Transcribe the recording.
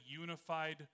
unified